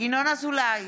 ינון אזולאי,